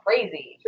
Crazy